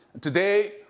Today